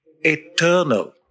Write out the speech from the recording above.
eternal